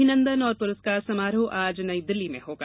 अभिनंदन और पुरस्कार समारोह आज नई दिल्ली में होगा